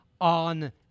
on